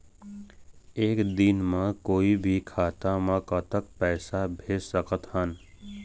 एक दिन म कोई भी खाता मा कतक पैसा भेज सकत हन?